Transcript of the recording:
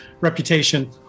reputation